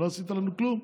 לא עשית לנו כלום.